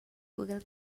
google